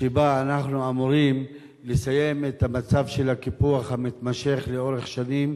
שבה אנחנו אמורים לסיים את המצב של הקיפוח המתמשך לאורך שנים